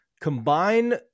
combine